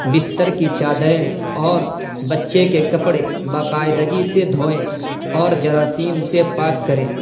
بستر کی چادریں اور بچے کے کپڑے باقاعدگی سے دھوئیں اور جراثیم سے پاک کریں